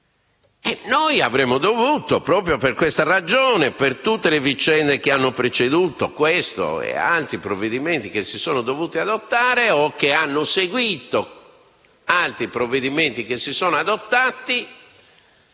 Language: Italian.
internazionali. Proprio per questa ragione e per tutte le vicende che hanno preceduto questo e altri provvedimenti che si sono dovuti adottare (o che hanno seguito altri provvedimenti che si sono adottati),